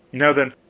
now, then,